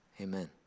amen